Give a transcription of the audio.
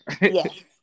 yes